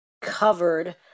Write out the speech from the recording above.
covered